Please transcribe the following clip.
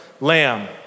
lamb